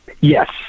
Yes